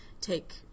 take